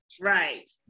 Right